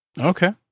Okay